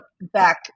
back